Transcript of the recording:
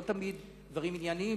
לא תמיד דברים ענייניים,